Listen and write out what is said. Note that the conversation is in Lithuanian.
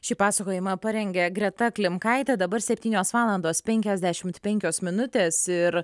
šį pasakojimą parengė greta klimkaitė dabar septynios valandos penkiasdešimt penkios minutės ir